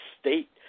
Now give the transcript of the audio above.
state